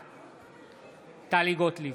בעד טלי גוטליב,